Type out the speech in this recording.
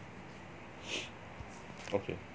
okay